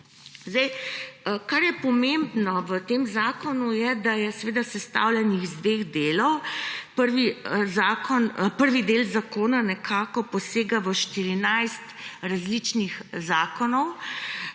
Kar je pomembno v tem zakonu, je, da je sestavljen iz dveh delov. Prvi del zakona nekako posega v 14 različnih zakonov.